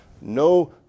No